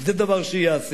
זה דבר שייעשה,